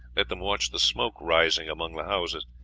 let them watch the smoke rising among the houses,